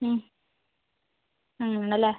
മ് അങ്ങനെ ആണല്ലേ